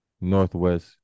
northwest